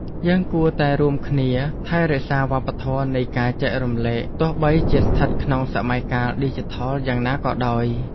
យើងគួរតែរួមគ្នាថែរក្សាវប្បធម៌នៃការចែករំលែកទោះបីជាស្ថិតក្នុងសម័យកាលឌីជីថលយ៉ាងណាក៏ដោយ។